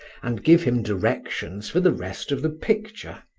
and give him directions for the rest of the picture.